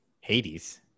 Hades